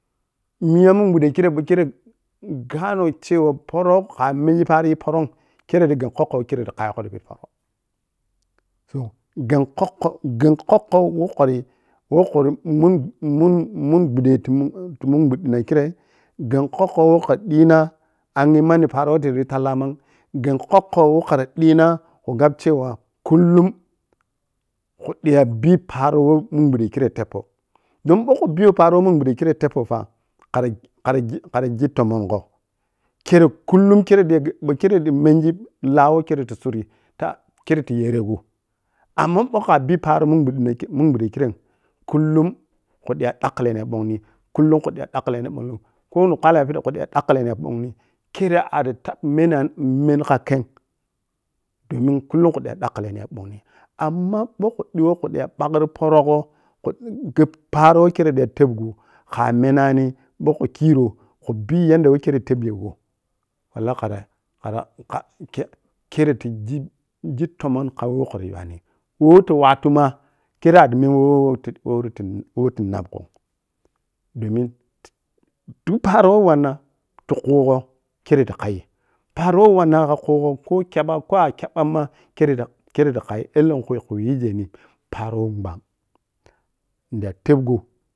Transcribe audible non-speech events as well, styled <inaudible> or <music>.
Miya min ɓuƌƌei kirrei bou kirrei-ɓou kirrei-ɓou kinai, ga noh cewa pora kha menji pari yi poro’m kerre tah gabi kokkho who kerrei tah yi tah kaiyegho tipiƌi porou so, ghang kokkho gheng kokkho woh khura yi woh khara mun-mun-mun buddei tu mun ɓud-ti mun ɓuddil na kirrei gheng kokkho weh khara dii na angyi mauni paro weh tari talla’m ghe kokkho woh khara yi ƌiina ku gabcewa kullum khu diya bli paro woh min buƌƌei kirrei tebpou don bou khu big paro mun ɓudde kirrei woh tebpou fa khara ji-kharaji-kharaji tomongho kerrei kullum kerei diya ɓou kerrei ta menji la’u woh kerrei ti surri tah kerrei ti yeregho amma bou kha bi paro min ɓuddina’n kei-mun buddina khirei kei kullum khu ƌiya dakkleni ɓongni ko woni kpala ya pidi khu ƌakkle nin ya bongoi, kerrei a’ri taɓi mo meni kha khe domin kullum khu du ya dakkleni ya ɓongni amma ba khu ƌiya khu ƌayi ɓagri poro gho khu diya gab paro kerrei ta tebgho kha menani bou khu kirou khu bii yanda woh kerrei tebge gho wallahi khara-khara <hesitation> kirrei ti ji ji tomon kha weh khara yuwani woh ti wattu mah kerrei a’ri men woh ti woka wohbti nabgho mah domin <unintelligible> duk paro weh wanna tu khugho kerrei ta khaii paro woh wanna tah khugo woh kyaɓa ko a'kyaba’m ma kerrei tah-kerrei tah khaii ellenchui khu yijeni paro who ɓang nida tebgho